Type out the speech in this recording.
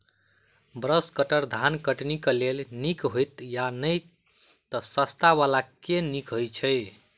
Brush cutter धान कटनी केँ लेल नीक हएत या नै तऽ सस्ता वला केँ नीक हय छै?